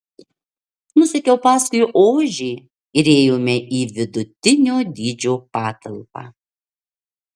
nusekiau paskui ožį ir įėjome į vidutinio dydžio patalpą